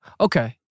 Okay